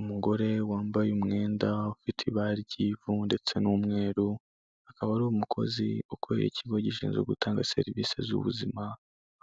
Umugore wambaye umwenda ufite ibara ry'ivu ndetse n'umweru akaba ari umukozi ukorera ikigo gishinzwe gutanga serivisi z'ubuzima,